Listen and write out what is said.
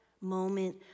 moment